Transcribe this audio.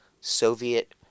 Soviet